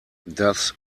das